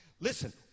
Listen